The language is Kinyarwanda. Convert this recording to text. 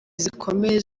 zikomeye